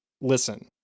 listen